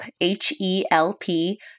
H-E-L-P